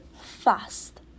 FAST